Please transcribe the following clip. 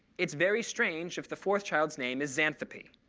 it's very strange if the fourth child's name is zanthopy.